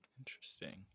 Interesting